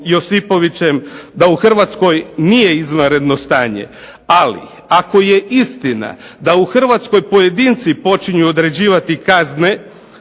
Josipovićem da u Hrvatskoj nije izvanredno stanje, ali ako je istina da u Hrvatskoj pojedinci počinju određivati kazne